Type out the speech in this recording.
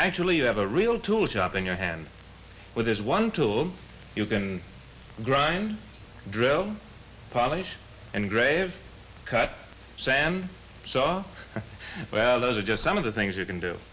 actually you have a real tool shop in your hand with this one tool you can grind drill polish and grave cut sam so well those are just some of the things you can do